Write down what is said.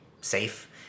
safe